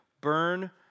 burn